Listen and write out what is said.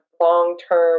long-term